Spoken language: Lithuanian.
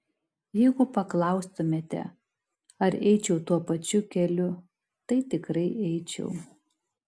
jeigu paklaustumėte ar eičiau tuo pačiu keliu tai tikrai eičiau